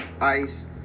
ice